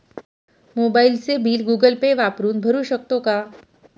मोबाइलचे bill Google Pay वापरून भरू शकतो का?